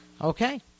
Okay